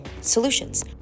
solutions